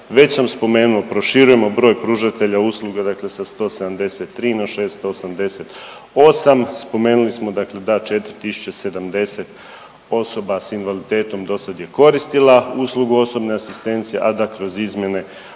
Već sam spomenuo, proširujemo broj pružatelja usluga dakle sa 173 na 688, spomenuli smo dakle da 4.070 osoba s invaliditetom dosad je koristila usluga osobne asistencije, a da kroz izmjene